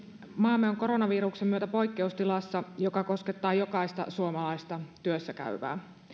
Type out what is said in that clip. maamme on koronaviruksen myötä poikkeustilassa joka koskettaa jokaista suomalaista työssäkäyvää